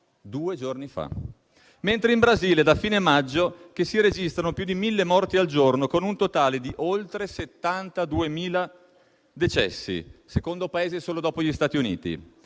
due giorni fa. In Brasile, da fine maggio, si registrano più di 1.000 morti al giorno, con un totale di oltre 72.000 decessi. È il secondo Paese solo dopo gli Stati Uniti;